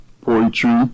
poetry